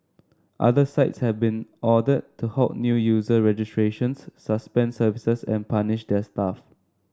other sites have been ordered to halt new user registrations suspend services and punish their staff